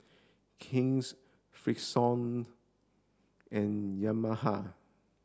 King's Freshkon and Yamaha